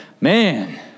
man